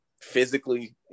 physically